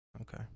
Okay